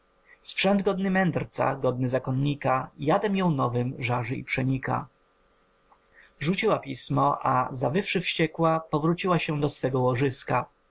sprzęt godny mędrca godny zakonnika jadem ją nowym żarzy i przenika rzuciła pismo a zawywszy wściekła powróciła się do swego łożyska